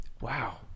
Wow